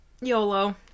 YOLO